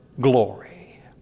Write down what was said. glory